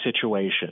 situation